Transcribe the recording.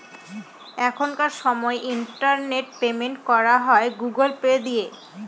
এখনকার সময় internet payment করা হয় গুগুল পে দিয়ে